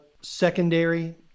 secondary